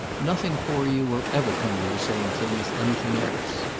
nothing for you will ever come to the same thing as anything else.